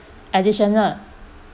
additional